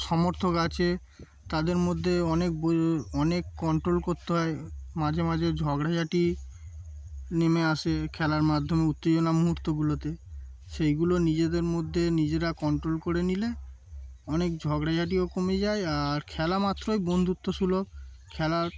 সমর্থক আছে তাদের মধ্যে অনেক ব অনেক কন্ট্রোল করতে হয় মাঝে মাঝে ঝগড়া ঝাটি নেমে আসে খেলার মাধ্যমে উত্তেজনা মুহূর্তগুলোতে সেইগুলো নিজেদের মধ্যে নিজেরা কন্ট্রোল করে নিলে অনেক ঝগড়া ঝাটিও কমে যায় আর খেলা মাত্রই বন্ধুত্ব সুলভ খেলার